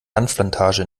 hanfplantage